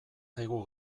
zaigu